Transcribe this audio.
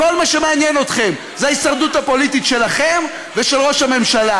כל מה שמעניין אתכם זה ההישרדות הפוליטית שלכם ושל ראש הממשלה.